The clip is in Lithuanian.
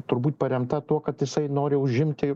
turbūt paremta tuo kad jisai nori užimti